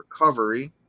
recovery